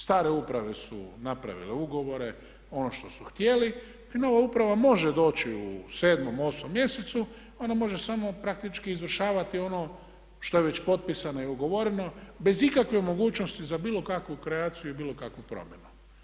Stare uprave su napravile ugovore, ono što su htjeli i nova uprava može doći u 7, 8 mjesecu ona može samo praktički izvršavati ono što je već potpisano i ugovoreno bez ikakve mogućnosti za bilo kakvu kreaciju i bilo kakvu promjenu.